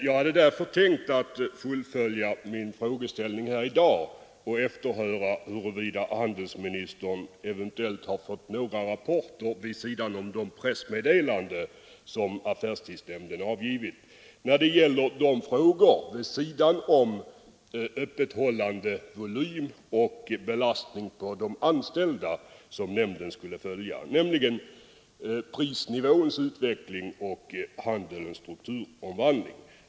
Jag hade tänkt fullfölja frågeställningen här i dag genom att efterhöra om handelsministern fått några rapporter, förutom de pressmeddelanden som affärstidsnämnden avgivit, när det gäller de frågor utöver öppethållandevolym och belastning på de anställda som nämnden skulle följa, nämligen prisnivåns utveckling och handelns strukturomvandling.